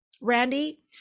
Randy